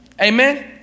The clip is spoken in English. Amen